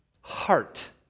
heart